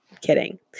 Kidding